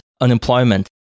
unemployment